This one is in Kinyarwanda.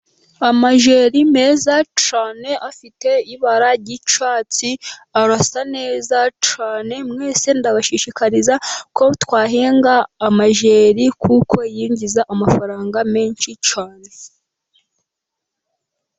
Amajeri meza cyane, afite ibara ry'icyatsi arasa neza cyane, mwese ndabashishikariza ko twahinga amajeri, kuko yinjiza amafaranga menshi cyane.